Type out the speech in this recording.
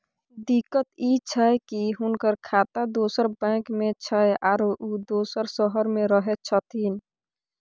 दिक्कत इ छै की हुनकर खाता दोसर बैंक में छै, आरो उ दोसर शहर में रहें छथिन